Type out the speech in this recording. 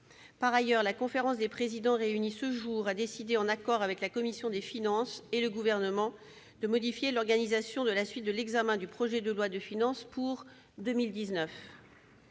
Par ailleurs, la conférence des présidents réunie ce jour a décidé, en accord avec la commission des finances et le Gouvernement, de modifier l'organisation de la suite de l'examen du projet de loi de finances pour 2019.